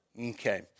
Okay